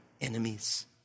enemies